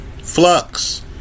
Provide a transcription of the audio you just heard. Flux